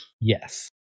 yes